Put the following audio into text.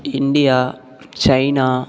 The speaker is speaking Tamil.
India China